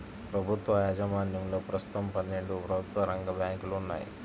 ప్రభుత్వ యాజమాన్యంలో ప్రస్తుతం పన్నెండు ప్రభుత్వ రంగ బ్యాంకులు ఉన్నాయి